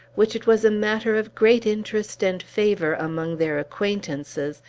which it was a matter of great interest and favor, among their acquaintances,